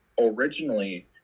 originally